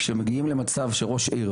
כשמגיעים למצב שראש עיר